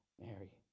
Mary